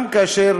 גם כאשר